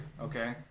Okay